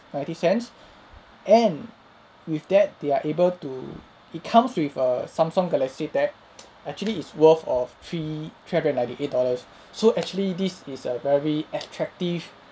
ninety cents and with that they are able to it comes with a samsung galaxy tab actually is worth of three three hundred ninety-eight dollars so actually this is a very attractive